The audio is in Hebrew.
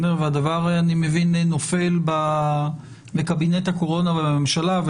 והדבר, אני מבין, נופל בקבינט הקורונה ובממשלה.